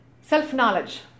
Self-knowledge